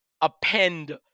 append